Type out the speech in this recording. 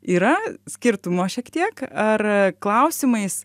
yra skirtumo šiek tiek ar klausimais